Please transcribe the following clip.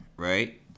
Right